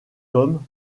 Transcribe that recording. tomes